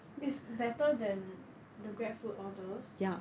is better than the grab food orders